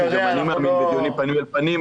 כי גם אני מאמין בדיונים פנים אל פנים.